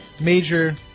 major